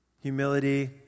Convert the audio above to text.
humility